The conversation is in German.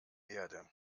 erde